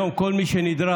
כיום, כל מי שנדרש